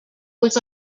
was